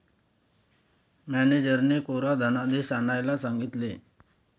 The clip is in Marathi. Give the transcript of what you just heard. मॅनेजरने कोरा धनादेश आणायला सांगितले